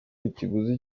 ikiguzi